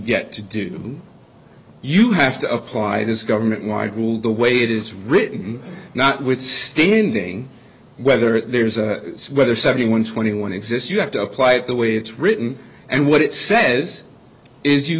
get to do you have to apply this government wide rule the way it is written notwithstanding whether there's a sweater seventy one twenty one exists you have to apply it the way it's written and what it says is you